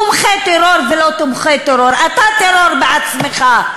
תומכי טרור או לא תומכי טרור, אתה טרור בעצמך.